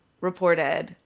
reported